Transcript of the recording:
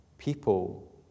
People